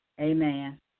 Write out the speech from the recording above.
Amen